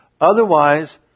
Otherwise